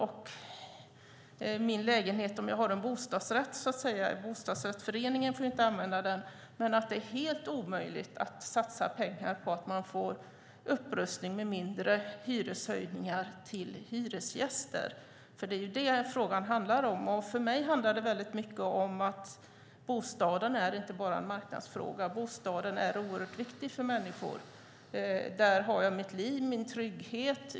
Om jag har en bostadsrättslägenhet får jag också utnyttja det, men bostadsrättföreningen kan inte göra det. Men det är helt omöjligt att satsa pengar på att göra upprustningar med mindre hyreshöjningar för hyresgäster. Det är ju det frågan handlar om. För mig handlar det mycket om att bostaden inte bara är en marknadsfråga. Bostaden är oerhört viktig för människor. Där har jag mitt liv och min trygghet.